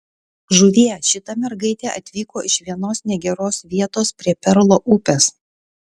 žuvie šita mergaitė atvyko iš vienos negeros vietos prie perlo upės